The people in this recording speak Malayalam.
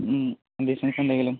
ബിസിനസ്സ് എന്തെങ്കിലും